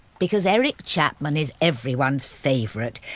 because eric chapman is everyone's favourite.